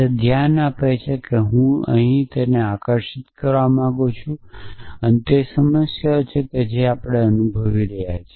તેથી અહીં હું તમને એ દર્શવા માગું છું કે આ તે જ સમસ્યાનું છે જે આપણે પહેલા જોઈ હતી